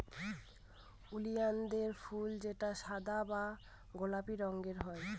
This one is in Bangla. ওলিয়ানদের ফুল যেটা সাদা বা গোলাপি রঙের হয়